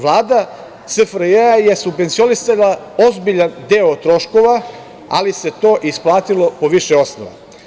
Vlada SFRJ je subvencionisala ozbiljan deo troškova, ali se to isplatilo po više osnova.